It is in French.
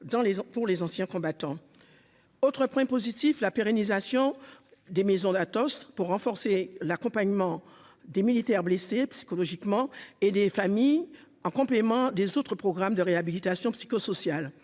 pour les anciens combattants, autre point positif, la pérennisation des maisons d'Athos pour renforcer l'accompagnement des militaires blessés psychologiquement et des familles, en complément des autres programmes de réhabilitation psychosociale